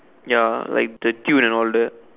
ya like the tune and all that